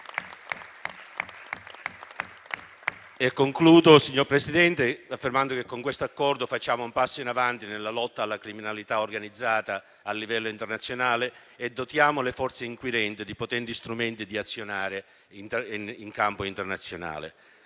Concludo, signor Presidente, affermando che, con questo accordo, facciamo un passo in avanti nella lotta alla criminalità organizzata a livello internazionale e dotiamo le forze inquirenti di potenti strumenti in campo internazionale.